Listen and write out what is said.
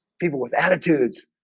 people with attitudes